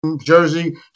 Jersey